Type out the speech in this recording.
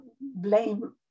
blame